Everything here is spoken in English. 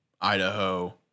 Idaho